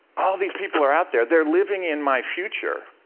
all of these people are out there, they're living in my future,